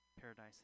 paradise